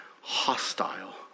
hostile